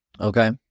Okay